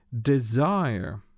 desire